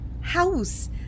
house